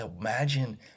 Imagine